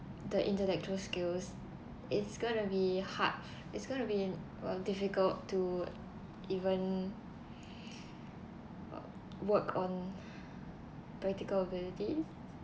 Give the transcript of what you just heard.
the intellectual skills it's gonna be hard it's gonna be uh difficult to even uh work on practical ability